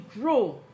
grow